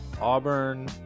Auburn